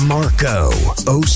Marco